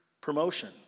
promotion